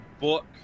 book